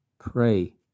Pray